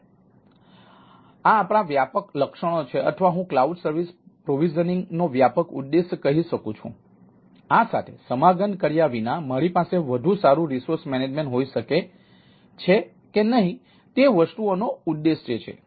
તેથી આ આપણા વ્યાપક લક્ષ્યો છે અથવા હું ક્લાઉડ સર્વિસ પ્રોવિઝનિંગ હોઈ શકે છે કે નહીં તે વસ્તુઓનો ઉદ્દેશ છે